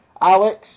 Alex